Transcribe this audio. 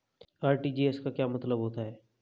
RTGS का क्या मतलब होता है?